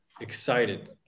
excited